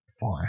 fine